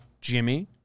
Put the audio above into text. Jimmy